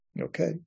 Okay